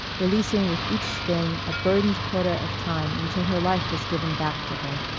releasing with each swing a burdened quota of time until her life was given back to her.